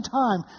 time